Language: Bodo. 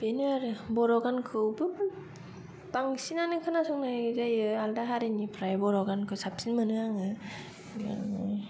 बेनो आरो बर' गानखौबो बांसिनानो खोनासंनाय जायो आलदा हारिनिफ्राय बर' गानखौ साबसिन मोनो आङो